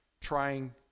trying